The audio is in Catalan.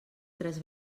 tres